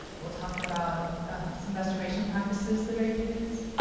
we'll talk about some restoration practices that are used.